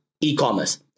e-commerce